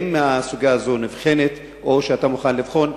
האם הסוגיה הזאת נבחנת או שאתה מוכן לבחון?